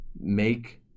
make